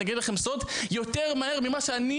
ואני אגלה לכם סוד יותר מהר ממה שאני,